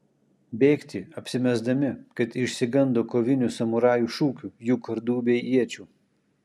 bėgti apsimesdami kad išsigando kovinių samurajų šūkių jų kardų bei iečių